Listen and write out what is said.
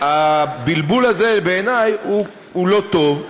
הבלבול הזה, בעיני, הוא לא טוב.